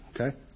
okay